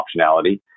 optionality